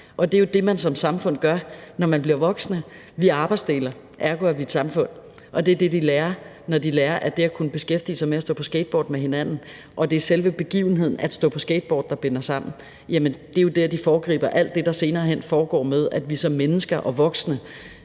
det er jo det, vi gør som voksne og som samfund – vi arbejdsdeler, ergo er vi et samfund. Det er det, de lærer, når de oplever, at det er det at stå på skateboard med hinanden, altså selve begivenheden at stå på skateboard, der binder dem sammen. Det er jo der, de foregriber alt det, der sker senere i livet, nemlig at vi som mennesker og voksne